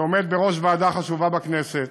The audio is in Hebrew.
שעומד בראש ועדה חשובה בכנסת,